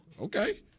okay